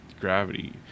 gravity